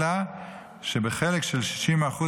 אלא שבחלק של 60%